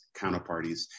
counterparties